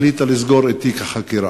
שהיא החליטה לסגור את תיק החקירה.